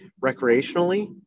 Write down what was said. recreationally